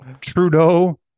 trudeau